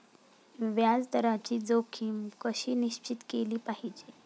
व्याज दराची जोखीम कशी निश्चित केली पाहिजे